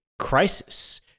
crisis